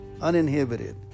uninhibited